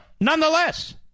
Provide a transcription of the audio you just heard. Nonetheless